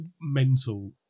mental